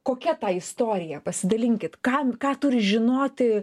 kokia ta istorija pasidalinkit kam ką turi žinoti